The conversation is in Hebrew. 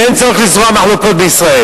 ואין צורך לזרוע מחלוקות בישראל.